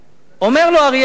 אומר לו אריאל שרון,